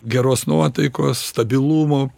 geros nuotaikos stabilumo